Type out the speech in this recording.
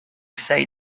say